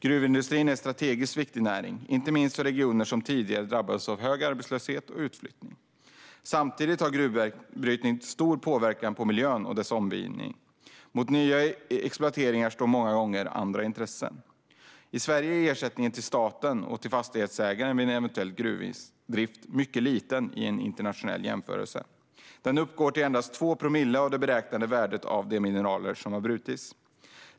Gruvindustrin är en strategiskt viktig näring, inte minst i regioner som tidigare drabbats av hög arbetslöshet och utflyttning. Samtidigt har gruvbrytning stor påverkan på miljö och omgivning. Mot nya exploateringar står många gånger andra intressen. I Sverige är ersättningen till stat och fastighetsägare vid eventuell gruvdrift mycket liten i en internationell jämförelse. Den uppgår till endast 2 promille av det beräknade värdet av de mineraler som har brutits.